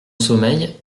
sommeil